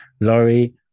Laurie